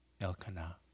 Elkanah